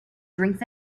drinks